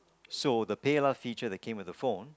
so the PayLah feature that came with the phone